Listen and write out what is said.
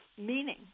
meaning